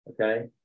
okay